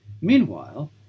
meanwhile